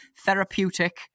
therapeutic